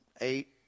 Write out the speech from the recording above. eight